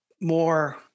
more